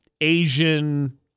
Asian